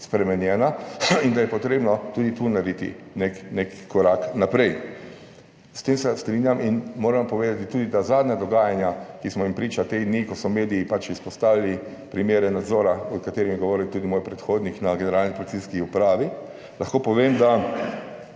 spremenjena in da je potrebno tudi tu narediti nek korak naprej. S tem se strinjam in moram povedati tudi, da zadnja dogajanja, ki smo jim priča te dni, ko so mediji pač izpostavili primere nadzora, o katerem je govoril tudi moj predhodnik na Generalni policijski upravi, in ker se